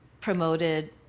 promoted